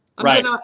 Right